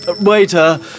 Waiter